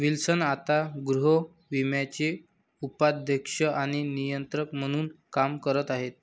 Wilson आता गृहविम्याचे उपाध्यक्ष आणि नियंत्रक म्हणून काम करत आहेत